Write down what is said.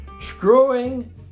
screwing